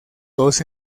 dos